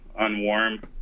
unwarm